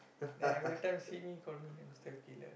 then every time see me call me hamster killer